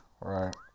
right